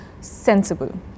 sensible